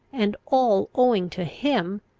and all owing to him,